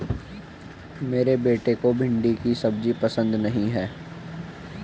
मेरे बेटे को भिंडी की सब्जी पसंद नहीं है